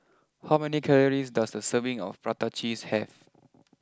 how many calories does a serving of Prata Cheese have